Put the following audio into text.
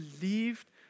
believed